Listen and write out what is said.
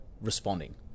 responding